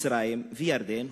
מצרים וירדן,